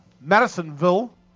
Madisonville